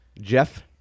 Jeff